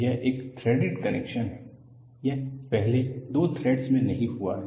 यह एक threaded connection है यह पहले दो थ्रेड्स में नहीं हुआ है